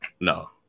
No